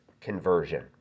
conversion